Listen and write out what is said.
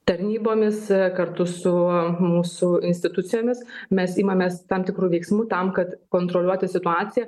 tarnybomis kartu su mūsų institucijomis mes imamės tam tikrų veiksmų tam kad kontroliuoti situaciją